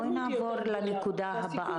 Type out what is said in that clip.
בואי נעבור לנקודה הבאה.